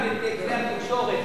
נזמין גם את התקשורת,